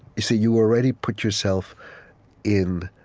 you so you already put yourself in